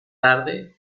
tarde